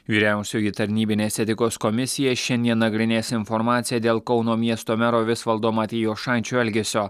vyriausioji tarnybinės etikos komisija šiandien nagrinės informaciją dėl kauno miesto mero visvaldo matijošaičio elgesio